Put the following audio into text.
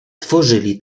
tworzyli